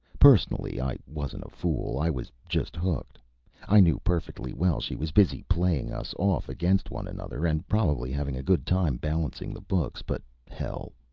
personally, i wasn't a fool i was just hooked i knew perfectly well she was busy playing us off against one another, and probably having a good time balancing the books. but hell,